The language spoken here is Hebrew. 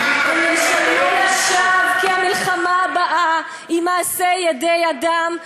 כי המלחמה הבאה היא מעשה ידי אדם,